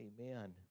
Amen